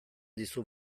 dizu